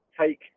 take